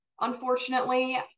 Unfortunately